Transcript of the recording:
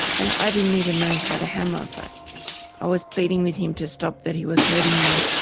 and i didn't even know he had a hammer but i was pleading with him to stop, that he was hurting me.